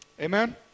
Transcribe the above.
Amen